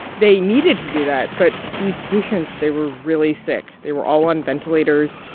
they needed to do that. but these patients, they were really sick. they were all on ventilators.